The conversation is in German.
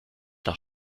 nach